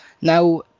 Now